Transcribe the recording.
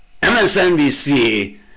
MSNBC